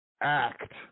Act